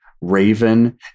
raven